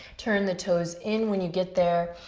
turn the toes in when you get there.